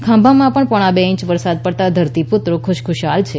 ખાંભામાં પણ પોણા બે ઇંચ વરસાદ પડતા ધરતીપુત્રો ખુશખુશાલ છે